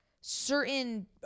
certain